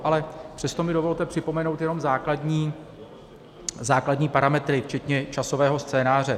Ale přesto mi dovolte připomenout jenom základní parametry včetně časového scénáře.